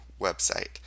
website